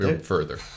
further